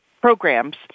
Programs